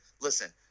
listen